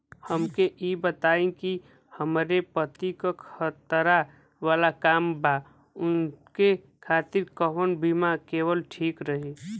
हमके ई बताईं कि हमरे पति क खतरा वाला काम बा ऊनके खातिर कवन बीमा लेवल ठीक रही?